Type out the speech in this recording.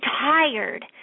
tired